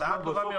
הצעה טובה מאוד.